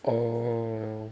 oo